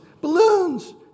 balloons